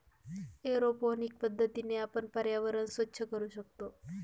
aeroponic पद्धतीने आपण पर्यावरण स्वच्छ करू शकतो